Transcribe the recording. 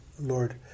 Lord